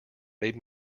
made